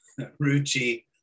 Ruchi